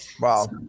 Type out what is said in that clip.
Wow